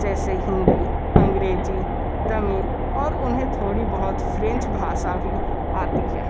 जैसे हिंदी अंग्रेज़ी तमिल और उन्हें थोड़ी बहुत फ़्रेंच भाषा भी आती है